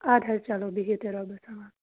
اَدٕ حظ چلو بِہِو تیٚلہِ رۄبَس حوال